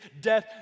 death